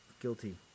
Guilty